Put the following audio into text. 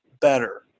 better